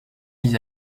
vis